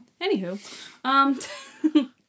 Anywho